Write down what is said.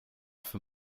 für